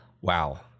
Wow